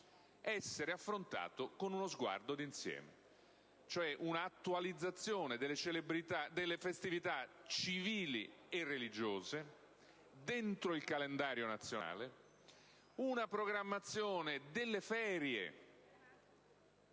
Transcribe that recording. nazionale, con uno sguardo di insieme. Penso ad un'attualizzazione delle festività civili e religiose dentro il calendario nazionale, ad una programmazione delle ferie,